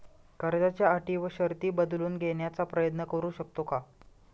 कर्जाच्या अटी व शर्ती बदलून घेण्याचा प्रयत्न करू शकतो का?